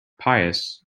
pious